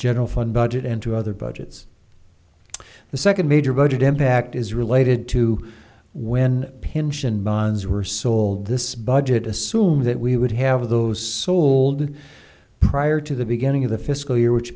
general fund budget and to other budgets the second major budget impact is related to when pension bonds were sold this budget assume that we would have those sold prior to the beginning of the fiscal year which